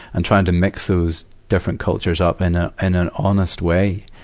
and trying to mix those different cultures up in a, in an honest way,